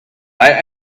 bei